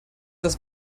das